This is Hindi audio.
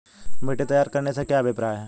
मिट्टी तैयार करने से क्या अभिप्राय है?